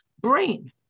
brain